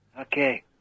Okay